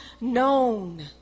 known